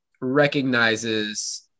recognizes